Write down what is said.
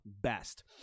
best